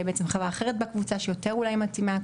חברה אחרת בקבוצה שיותר אולי מתאימה?